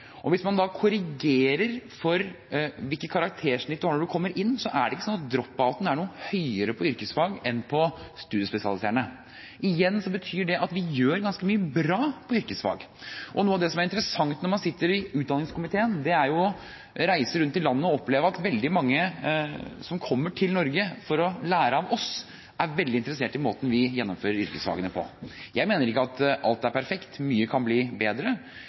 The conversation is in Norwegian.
Hvis man korrigerer for hvilket karaktersnitt man har når man kommer inn, er det ikke slik at drop-out-en er noe høyere på yrkesfag enn på studiespesialiserende. Igjen betyr det at vi gjør ganske mye bra på yrkesfag. Noe av det som er interessant når man sitter i utdanningskomiteen, er å reise rundt i landet og oppleve at veldig mange som kommer til Norge for å lære av oss, er veldig interessert i måten vi gjennomfører yrkesfagene på. Jeg mener ikke at alt er perfekt, mye kan bli bedre,